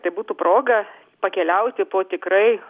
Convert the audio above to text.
tai būtų proga pakeliauti po tikrai